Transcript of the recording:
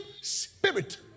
spirit